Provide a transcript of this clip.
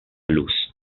luz